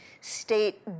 state